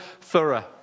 thorough